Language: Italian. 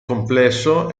complesso